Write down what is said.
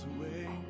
away